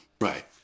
right